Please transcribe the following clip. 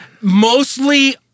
mostly